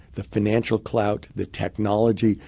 the financial clout, the technology,